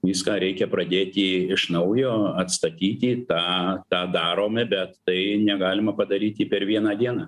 viską reikia pradėti iš naujo atstatyti tą tą darome bet tai negalima padaryti per vieną dieną